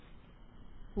വിദ്യാർത്ഥി 0 മണിക്ക്